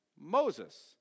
Moses